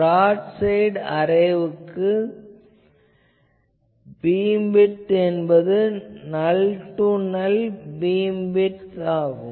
broad side அரேவுக்கு beamwidth என்பது null to null beamwidth ஆகும்